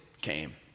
came